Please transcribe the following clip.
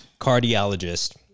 cardiologist